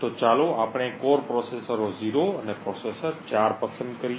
તો ચાલો આપણે કોર પ્રોસેસરો 0 અને પ્રોસેસર 4 પસંદ કરીએ